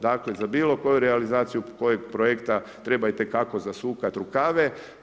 Dakle za bilo koju realizaciju kojeg projekta, treba itekako zasukat rukave.